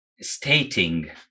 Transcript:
stating